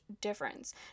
difference